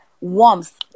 warmth